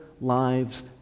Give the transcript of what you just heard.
lives